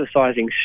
exercising